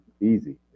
easy